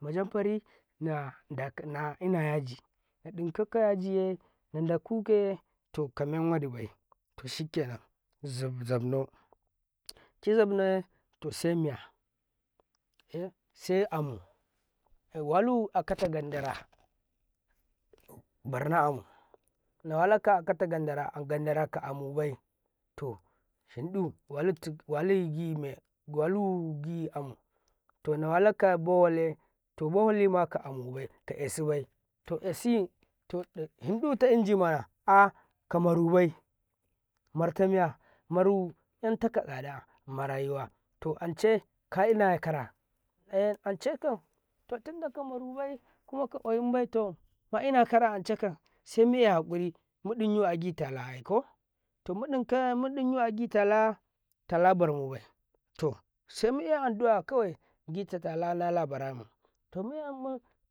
majanfari naina yaji naɗikka kawajiye nanda kalei to kaminwoɗi bay to sikenna zabneke zafna to see maya see ammu wallu akata gandara barna ammu walaka akata gandar agandara kaammubai to sonɗu waligine walu gi ammu to niwalakabale to bole ka ammubai ka asibai to asihinɗu tainajimana ka murobai martami ya mare injaka shada to ancey kainakara a ancaikam to tinɗa kammerubai kumka ƙwayinbai ka maimukaka ance seeye haƙuri mudunyi agi tai abarnauwai to see miaa'dua giti talan bannu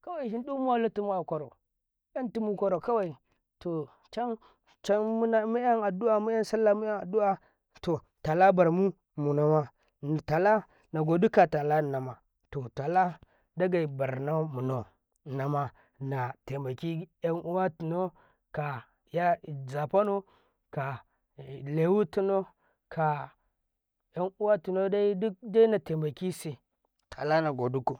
kawai sinɗu muwalatimu akwaye to cammiasalla mia adu'a minmsallamina dua to talla dagai hanna hanama kayai zulunnau laiwi to na ka ƙanuwatunadena temakisu kala na goɗiko